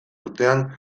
urtean